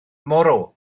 moreau